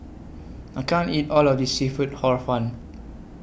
I can't eat All of This Seafood Hor Fun